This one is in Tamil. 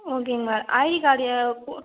ஓகேங்க மேம் ஐடி கார்டு